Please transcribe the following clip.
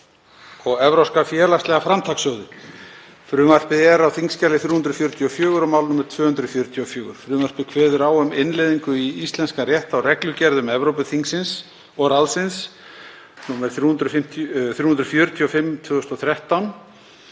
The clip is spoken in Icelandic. og evrópska félagslega framtakssjóði. Frumvarpið er á þskj. 344 og er mál nr. 244. Frumvarpið kveður á um innleiðingu í íslenskan rétt á reglugerðum Evrópuþingsins og ráðsins nr. 345/2013